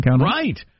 Right